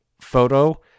photo